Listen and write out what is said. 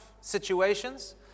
situations